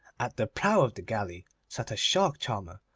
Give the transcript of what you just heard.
at the prow of the galley sat a shark-charmer,